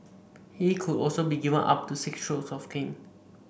he could also be given up to six strokes of the cane